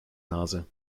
nase